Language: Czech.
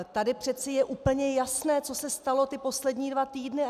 Tady přece je úplně jasné, co se stalo poslední dva týdny.